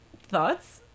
thoughts